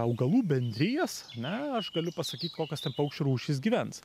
augalų bendrijas na aš galiu pasakyt kokios ten paukščių rūšys gyvens